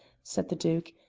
said the duke,